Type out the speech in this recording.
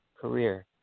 career